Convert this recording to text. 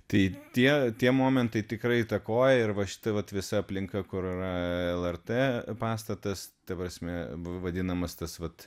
tai tie tie momentai tikrai įtakoja ir va šita vat visa aplinka kur yra lrt pastatas ta prasme vadinamas tas vat